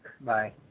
Bye